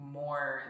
more